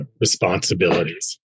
responsibilities